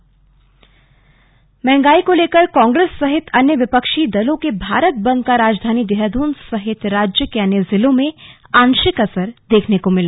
slug Bharat bandh मंहगाई को लेकर कांग्रेस सहित अन्य विपक्षी दलों के भारत बंद का राजधानी देहरादून सहित राज्य के अन्य जिलों में आंशिक असर देखने को मिला